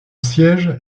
siège